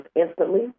instantly